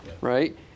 right